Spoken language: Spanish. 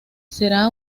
será